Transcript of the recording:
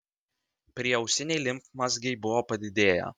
prieausiniai limfmazgiai buvo padidėję